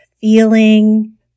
feeling